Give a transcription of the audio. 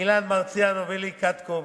אילן מרסיאנו ולי קטקוב,